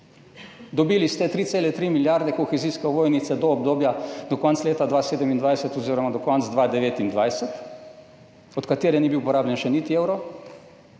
Dobili ste 3,3 milijarde kohezijske ovojnice do obdobja do konca leta 2027 oziroma do konca 2029, od katere ni bil porabljen še niti evro.